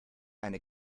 eine